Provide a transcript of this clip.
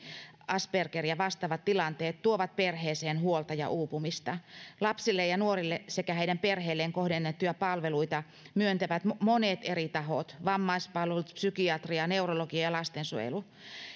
asperger ja vastaavat tilanteet tuovat perheeseen huolta ja uupumista lapsille ja nuorille sekä heidän perheilleen kohdennettuja palveluita myöntävät monet eri tahot vammaispalvelut psykiatria neurologia ja lastensuojelu